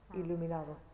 iluminado